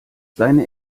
seine